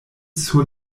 sur